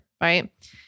Right